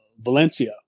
Valencia